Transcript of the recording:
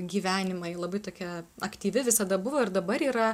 gyvenimą ji labai tokia aktyvi visada buvo ir dabar yra